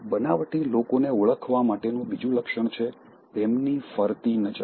બનાવટી લોકોને ઓળખવા માટેનું બીજું લક્ષણ છે તેમની ફરતી નજર